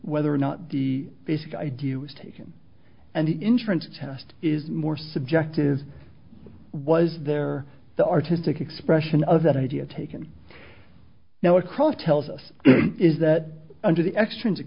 whether or not the basic idea was taken and the insurance test is more subjective was there the artistic expression of that idea taken now across tells us is that under the extr